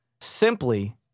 simply